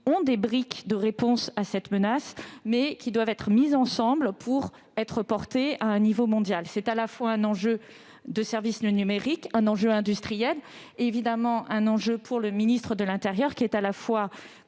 des briques de réponse face à cette menace. Elles doivent être mises ensemble pour être portées à un niveau mondial. C'est à la fois un enjeu pour les services numériques, un enjeu industriel et un enjeu pour le ministre de l'intérieur, qui est comptable